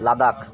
Ladakh